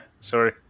sorry